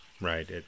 right